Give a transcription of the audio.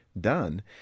done